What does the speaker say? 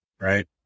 right